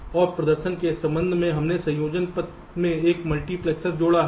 और प्रदर्शन के संबंध में हमने संयोजन पथ में एक मल्टीप्लैक्सर जोड़ा है